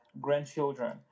grandchildren